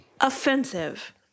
offensive